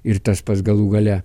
ir tas pats galų gale